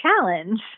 challenge